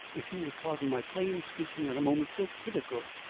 if you will pardon my plain speaking at a moment so critical,